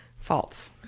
False